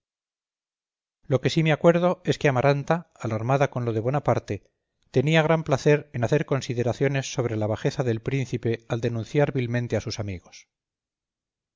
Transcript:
lo que sí me acuerdo es que amaranta alarmada con lo de bonaparte tenía gran placer en hacer consideraciones sobre la bajeza del príncipe al denunciar vilmente a sus amigos